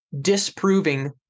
disproving